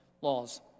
laws